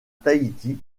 tahiti